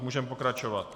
Můžeme pokračovat.